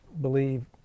believe